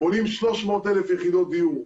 בונים 300,000 יחידות דיור.